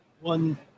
one